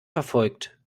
verfolgt